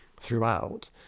throughout